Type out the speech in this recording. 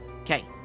Okay